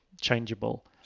changeable